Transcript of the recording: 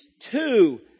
two